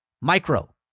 micro